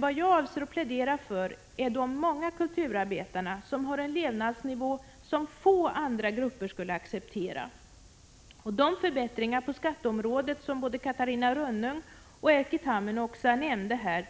Vad jag avser att plädera för är emellertid de många kulturarbetare som har en levnadsnivå som få andra grupper skulle acceptera. De förbättringar på skatteområdet som både Catarina Rönnung och Erkki Tammenoksa här har nämnt